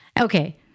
okay